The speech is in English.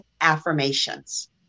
affirmations